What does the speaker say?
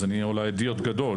אז אני אולי אידיוט גדול.